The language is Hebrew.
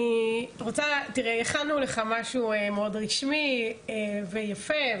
הכנו לך משהו מאוד רשמי ויפה,